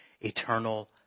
eternal